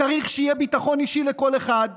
צריך שיהיה ביטחון אישי לכל אחד.